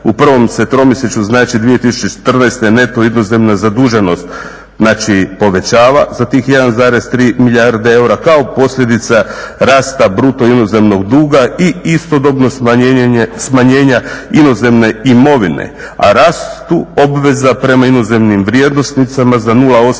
U prvom se tromjesečju znači 2014. neto inozemna zaduženost znači povećava za tih 1,3 milijarde eura kao posljedica rasta bruto inozemnog duga i istodobno smanjenja inozemne imovine. A rastu obveza prema inozemnim vrijednosnicama za 0,8